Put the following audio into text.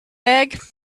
egg